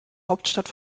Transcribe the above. hauptstadt